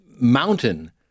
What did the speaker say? mountain